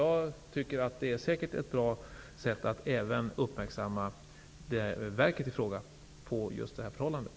Jag tycker att detta är ett bra sätt att även uppmärksamma verket i fråga på just det här förhållandet.